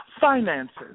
Finances